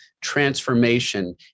transformation